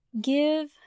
give